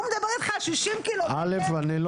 הוא מדבר איתך על 60 קילומטר א' אני לא